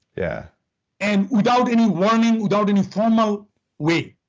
yeah and without any warning, without any formal way.